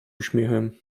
uśmiechem